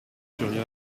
turiaf